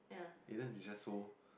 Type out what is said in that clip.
Ayden is just so